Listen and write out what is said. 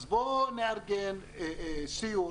אז בוא נארגן סיור